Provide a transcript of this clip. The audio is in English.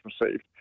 received